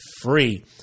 free